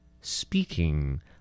Speaking